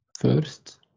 first